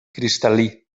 cristal·lí